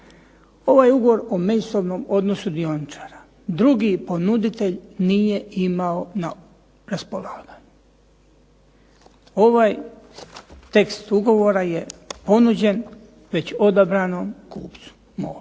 Ovaj Ugovor o međusobnom odnosu dioničara drugi ponuditelj nije imao na raspolaganju. Ovaj tekst ugovora je ponuđen već odabranom kupcu